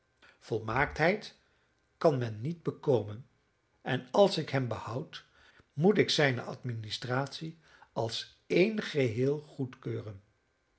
volmaaktheid kan men niet bekomen en als ik hem behoud moet ik zijne administratie als een geheel goedkeuren